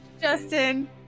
justin